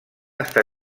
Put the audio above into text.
està